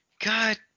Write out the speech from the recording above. God